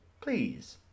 please